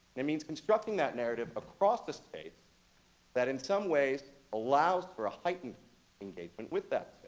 it means constructing that narrative across the space that in some ways allows for a heightened engagement with that